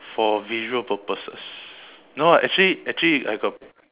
for visual purposes no actually actually I got